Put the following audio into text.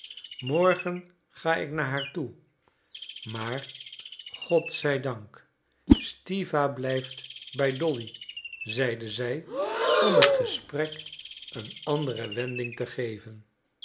morgen ga ik naar haar toe maar god zij dank stiwa blijft bij dolly zeide zij om het gesprek een andere wending te geven